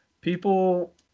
people